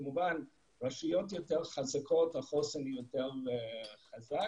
כמובן ברשויות יותר חזקות החוסן הוא יותר חזק